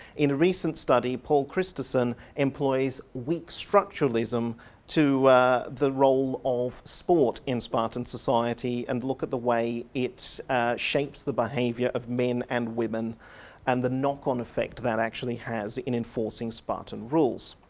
in a recent study paul christesen employs weak structuralism to the role of sport in spartan society and look at the way it shapes the behaviour of men and women and the knock-on effect that actually has in enforcing spartan rules.